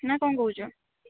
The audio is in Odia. ନା କ'ଣ କହୁଛ